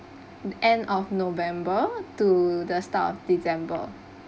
end of november to the start of december